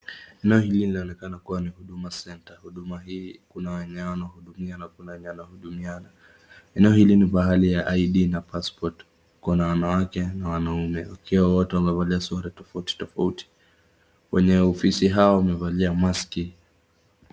Eneo hili linaonekana kuwa ni Huduma Center. Huduma hii kuna wenye wanahudumia na kuna wenye wanahudumiana. Eneo hili ni pahali ya ID na passport . Kuna wanawake na wanaume wakiwa wote wanavalia sare tofauti tofauti. Wenye ofisi hao wamevalia maski.